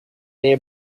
their